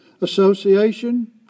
association